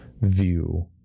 view